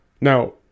now